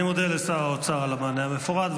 אני מודה לשר האוצר על המענה המפורט.